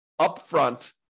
upfront